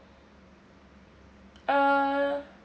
uh